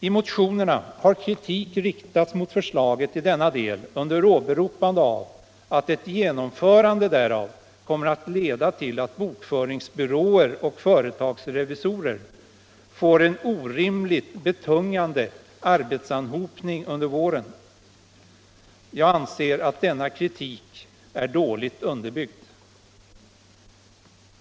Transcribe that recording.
I motionerna har kritik riktats mot förslaget i denna del under åberopande av att ett genomförande därav kommer att leda till att bokföringsbyråer och företagsrevisorer får en orimligt betungande arbetsan hopning under våren. Jag anser denna kritik dåligt underbyggd.